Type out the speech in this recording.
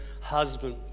husband